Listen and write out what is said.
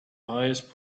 highest